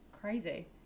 crazy